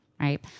right